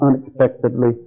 unexpectedly